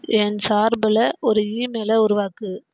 என் சார்பில் ஒரு ஈமெயிலை உருவாக்கு